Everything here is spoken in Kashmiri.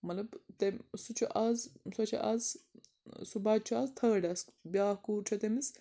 مطلب تٔمۍ سُہ چھُ آز سۄ چھےٚ آز سُہ بَچہِ چھُ آز تھٲڈَس بیٛاکھ کوٗر چھےٚ تٔمِس